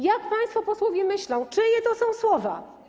Jak państwo posłowie myślą, czyje to są słowa?